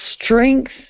strength